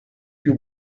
più